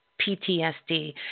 PTSD